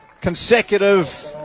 consecutive